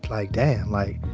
like, damn, like,